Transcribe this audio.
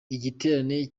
igiterane